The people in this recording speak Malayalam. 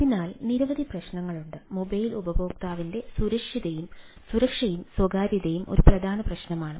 അതിനാൽ നിരവധി പ്രശ്നങ്ങളുണ്ട് മൊബൈൽ ഉപയോക്താവിന്റെ സുരക്ഷയും സ്വകാര്യതയും ഒരു പ്രധാന പ്രശ്നമാണ്